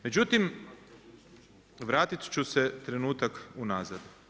Međutim, vratit ću se trenutak unazad.